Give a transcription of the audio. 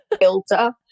filter